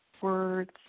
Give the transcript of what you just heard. words